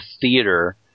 theater